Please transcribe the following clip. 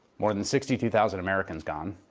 more than sixty two thousand americans gone.